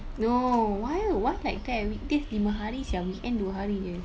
no why why like that weekdays lima hari sia weekend dua hari jer